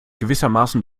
gewissermaßen